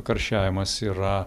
karščiavimas yra